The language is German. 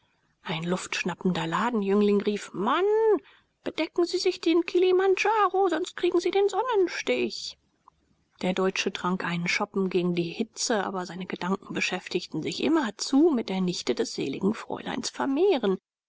ein luftschnappender ladenjüngling rief mann bedecken sie sich den kilimandjaro sonst kriegen sie den sonnenstich der deutsche trank einen schoppen gegen die hitze aber seine gedanken beschäftigten sich immerzu mit der nichte des seligen fräuleins vermehren